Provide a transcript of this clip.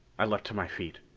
i leaped to my feet.